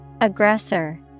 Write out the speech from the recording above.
Aggressor